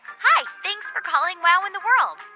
hi, thanks for calling wow in the world.